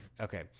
Okay